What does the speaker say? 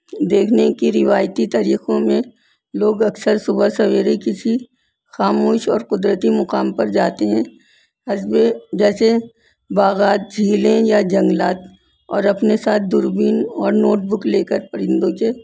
دیکھنے کی روایتی طریقوں میں لوگ اکثر صبح سویرے کسی خاموش اور قدرتی مقام پر جاتے ہیں حسب جیسے باغات جھیلیں یا جنگلات اور اپنے ساتھ دوربین اور نوٹ بک لے کر پرندوں کے